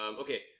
okay